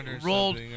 rolled